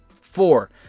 Four